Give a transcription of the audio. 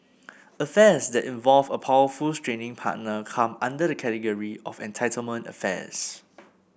affairs that involve a powerful straying partner come under the category of entitlement affairs